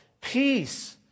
peace